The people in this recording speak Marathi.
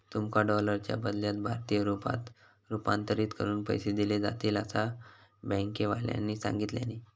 तुमका डॉलरच्या बदल्यात भारतीय रुपयांत रूपांतरीत करून पैसे दिले जातील, असा बँकेवाल्यानी सांगितल्यानी